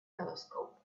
telescope